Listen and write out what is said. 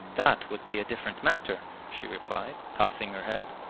that would be a different matter she replied, tossing her head.